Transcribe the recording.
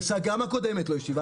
גם הקודמת לא השיבה.